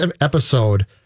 episode